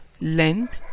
length